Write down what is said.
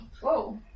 Whoa